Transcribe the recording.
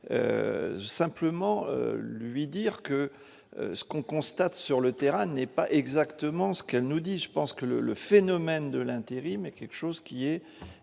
simplement lui dire que ce qu'on constate sur le terrain n'est pas exactement ce qu'elle nous dit : je pense que le le phénomène de l'intérim est quelque chose qui est